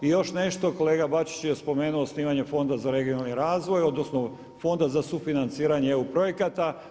I još nešto, kolega Bačić je spomenuo osnivanje Fonda za regionalni razvoj, odnosno Fonda za sufinanciranje EU projekata.